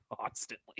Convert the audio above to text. constantly